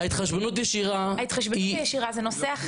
ההתחשבנות הישירה היא נושא אחר.